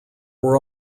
were